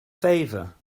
favor